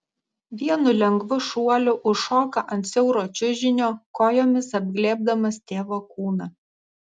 vienu lengvu šuoliu užšoka ant siauro čiužinio kojomis apglėbdamas tėvo kūną